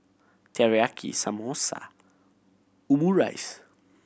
Teriyaki Samosa Omurice